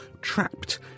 trapped